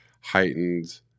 heightened